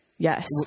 Yes